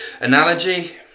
analogy